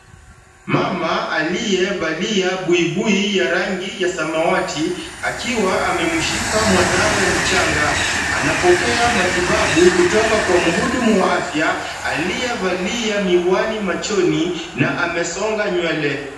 Mama aliyevalia buibui ya rangi ya samawati akiwa ameshika mwanawe mchanga. Anapokea matibabu kutoka kwa mhudumu wa afya aliyevalia miwani machoni na amesonga nywele.